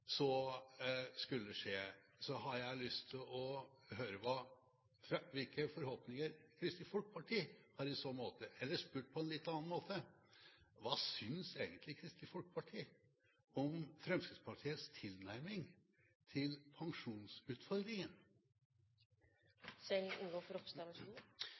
så skulle skje, har jeg lyst til å høre hvilke forhåpninger Kristelig Folkeparti har i så måte. Eller spurt på en litt annen måte: Hva synes egentlig Kristelig Folkeparti om Fremskrittspartiets tilnærming til